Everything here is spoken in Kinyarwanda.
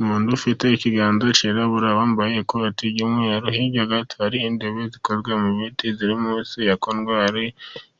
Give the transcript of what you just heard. Umuntu ufite ikiganza cyirabura wambaye ikoti ry'umweru, hirya gato hariho intebe zikozwe mu bititi ziri munsi ya kontwari